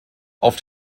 auf